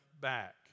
back